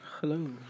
Hello